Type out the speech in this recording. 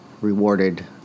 rewarded